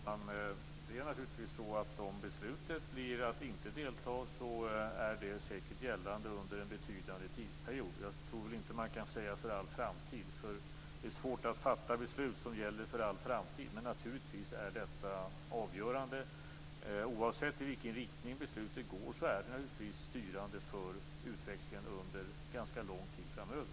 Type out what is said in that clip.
Fru talman! Om beslutet blir att inte delta blir det säkert gällande under en betydande tidsperiod. Jag tror inte att man kan säga för all framtid. Det är svårt att fatta beslut som gäller för all framtid. Men naturligtvis är detta avgörande. Oavsett i vilken riktning beslutet går är det styrande för utvecklingen under ganska lång tid framöver.